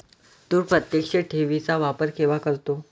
तू प्रत्यक्ष ठेवी चा वापर केव्हा करतो?